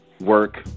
Work